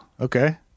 okay